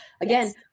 again